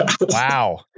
wow